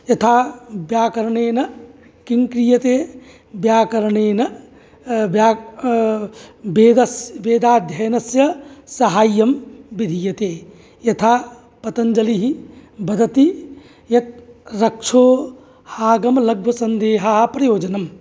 यथा व्याकरणेन किं क्रियते व्याकरणेन वेदस् वेदाध्ययनस्य साहाय्यं विधीयते यथा पतञ्जलिः वदति यत् रक्षो आगम् लघ्वसन्देहाः प्रयोजनम्